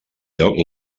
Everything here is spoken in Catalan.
lloc